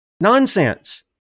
Nonsense